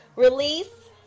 Release